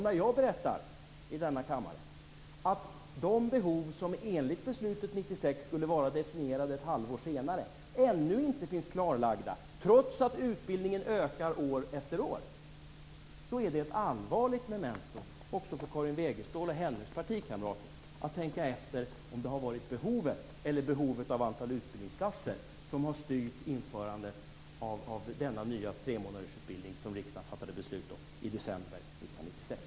När jag berättar i denna kammare att de behov som enligt beslutet 1996 skulle vara definierade ett halvår senare ännu inte finns klarlagda, trots att utbildningen ökar år efter år, är det ett allvarligt memento också för Karin Wegestål och hennes partikamrater att tänka efter om det har varit behovet i sig eller behovet av antalet utbildningsplatser som har styrt införandet av den nya tremånadersutbildning som riksdagen fattade beslut om i december 1996.